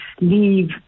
leave